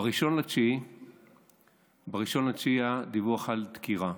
ב-1 בספטמבר היה דיווח על דקירה.